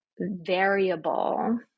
variable